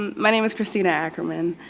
my name is christina acraman.